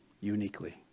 uniquely